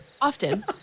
Often